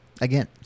again